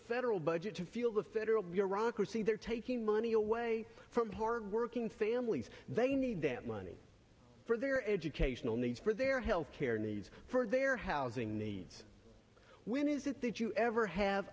federal budget to fuel the federal bureaucracy they're taking money away from hard working families they need that money for their educational needs for their health care needs for their housing needs when is it did you ever have